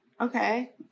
Okay